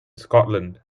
scotland